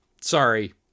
sorry